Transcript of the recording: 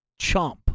Chomp